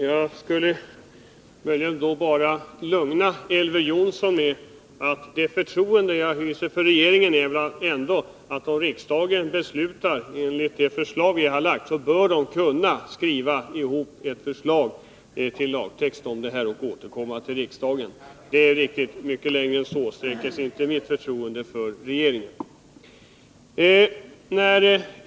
Herr talman! Jag skulle bara vilja lugna Elver Jonsson med att det förtroende jag hyser för regeringen begränsar sig till att jag tror den om att — om riksdagen fattar beslut i enlighet med det förslag vi har framlagt — kunna skriva ihop ett förslag till lagtext och återkomma till riksdagen med det. Mycket längre än så sträcker sig inte mitt förtroende för regeringen.